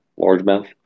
largemouth